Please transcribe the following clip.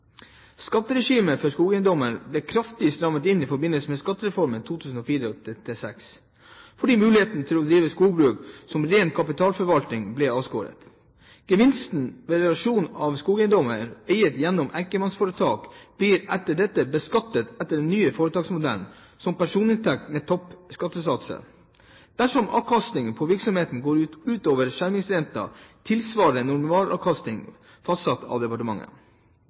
Skatteregimet for skogeiendommer ble kraftig strammet inn i forbindelse med skattereformen 2004–2006, fordi muligheten til å drive skogbruk som ren kapitalforvaltning ble avskåret. Gevinsten ved realisasjon av skogeiendommer eid gjennom enkeltmannsforetak blir etter dette beskattet etter den nye foretaksmodellen som personinntekt med toppskattesatser, dersom avkastningen på virksomheten går utover en skjermingsrente tilsvarende en normalavkastning fastsatt av departementet.